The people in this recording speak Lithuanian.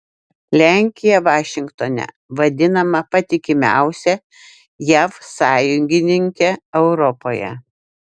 lenkija vašingtone vadinama patikimiausia jav sąjungininke europoje